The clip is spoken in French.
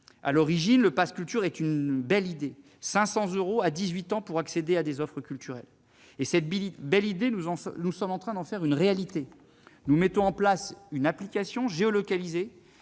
À l'origine, le pass culture est une belle idée : 500 euros à 18 ans pour accéder à des offres culturelles. Cette belle idée, nous sommes en train d'en faire une réalité. Nous mettons au point une application géolocalisée